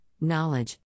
knowledge